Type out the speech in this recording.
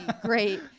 great